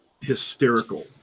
hysterical